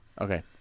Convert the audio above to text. Okay